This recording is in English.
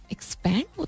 Expand